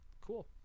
cool